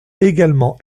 également